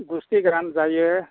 गुसथि गोरान जायो